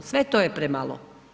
Sve to je premalo.